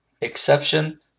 Exception